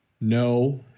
No